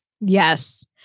Yes